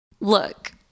Look